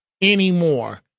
anymore